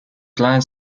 plan